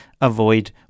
avoid